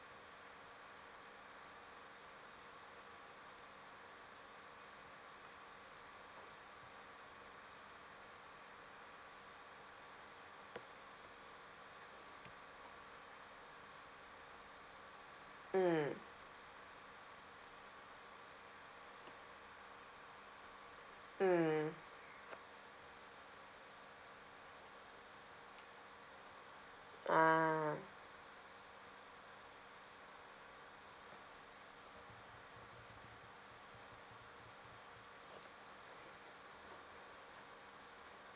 mm mm ah